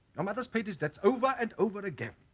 your mother's paid his debts over and over again.